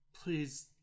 please